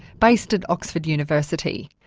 based at oxford university.